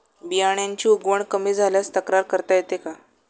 बियाण्यांची उगवण कमी झाल्यास तक्रार करता येते का?